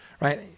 right